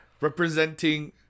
Representing